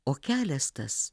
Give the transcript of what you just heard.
o kelias tas